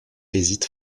hésite